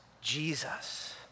Jesus